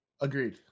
agreed